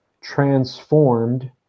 transformed